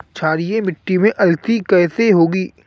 क्षारीय मिट्टी में अलसी कैसे होगी?